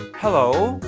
hello!